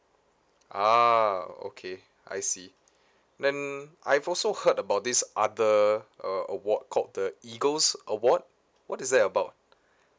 ah okay I see then I've also heard about this other uh award called the EAGLES award what is that about